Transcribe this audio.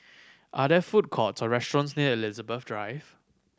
are there food court or restaurants near Elizabeth Drive